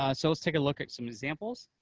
ah so let's take a look at some examples.